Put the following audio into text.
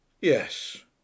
Yes